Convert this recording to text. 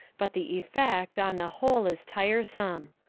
but the effect, on the whole, is tiresome.